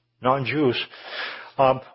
non-Jews